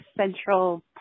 central